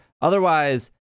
otherwise